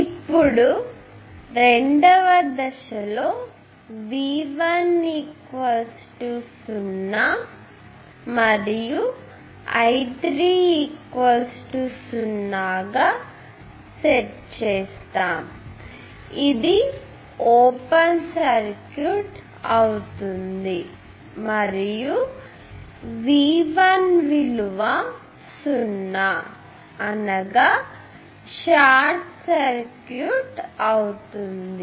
ఇప్పుడు రెండవ దశలో V1 0 మరియు I3 0 సెట్ చేశాను అంటే ఇది ఓపెన్ సర్క్యూట్ అవుతుంది మరియు V1 విలువ 0 అనగా షార్ట్ సర్క్యూట్ అవుతుంది